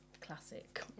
classic